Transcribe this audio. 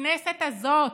הכנסת הזאת,